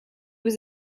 was